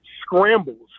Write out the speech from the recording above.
scrambles